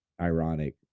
ironic